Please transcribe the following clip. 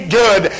good